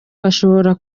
bashobora